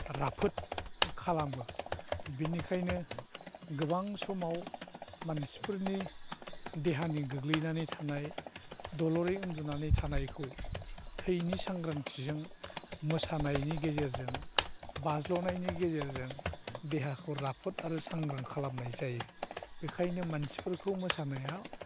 राफोद खालामो बिनिखायनो गोबां समाव मानसिफोरनि देहानि गोग्लैनानै थानाय दलरै उन्दुनानै थानायखौ थैनि सांग्रांथिजों मोसानायनि गेजेरजों बाज्ल'नायनि गेजेरजों देहाखौ राफोद आरो सांग्रां खालामनाय जायो बेखायनो मानसिफोरखौ मोसानाया